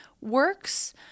works